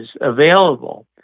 available